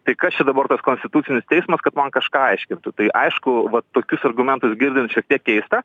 tai kas čia dabar tas konstitucinis teismas kad man kažką aiškintų tai aišku va tokius argumentus girdint šiek tiek keista